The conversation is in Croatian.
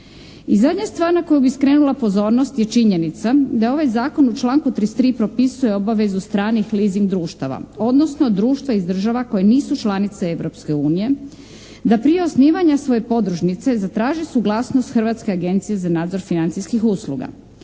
I zadnja stvar na koju bi skrenula pozornost je činjenica da je ovaj zakon u članku 33. propisuje obvezu stranih leasing društava, odnosno društva iz država koje nisu članice Europske unije da prije osnivanja svoje podružnice zatraži suglasnost Hrvatske agencije za nadzor financijskih usluga.